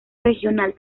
regional